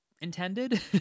intended